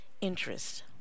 interest